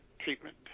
treatment